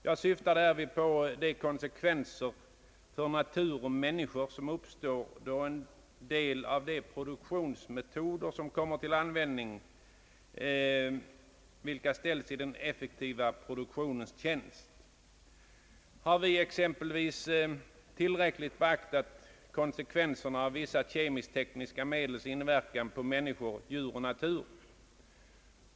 Jag syftar härvid på de konsekvenser för natur och människor som uppstår då en del av de produktionsmetoder kommer till användning vilka ställts i den effektiva produktionens tjänst. Har vi exem pelvis tillräckligt beaktat konsekvenserna av vissa kemisk-tekniska medels inverkan på människor, djur och natur?